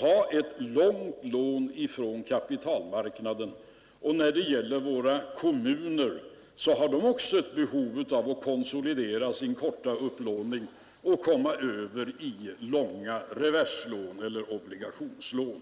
ha ett långt lån från kapitalmarknaden. Också våra kommuner har behov av att konsolidera sin korta upplåning och komma över i långa reverseller obligationslån.